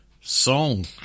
song